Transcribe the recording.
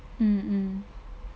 mm mm